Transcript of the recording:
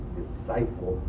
disciple